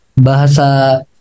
Bahasa